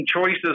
choices